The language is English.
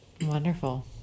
Wonderful